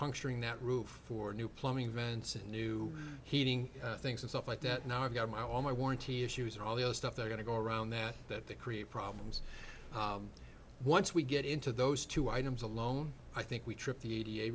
puncturing that roof for new plumbing vents and new heating things and stuff like that now i've got my all my warranty issues and all the other stuff they're going to go around that that they create problems once we get into those two items alone i think we trip the